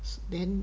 so then